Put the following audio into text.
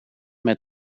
met